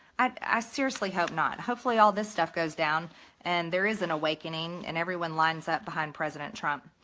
i seriously hope not. hopefully all this stuff goes down and there is an awakening and everyone lines up behind president trump.